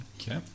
Okay